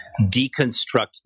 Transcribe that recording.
deconstruct